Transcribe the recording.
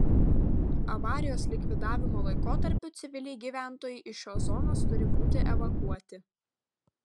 avarijos likvidavimo laikotarpiu civiliai gyventojai iš šios zonos turi būti evakuoti